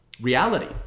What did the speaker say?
reality